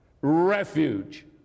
refuge